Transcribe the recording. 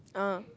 ah